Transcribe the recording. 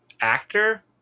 Actor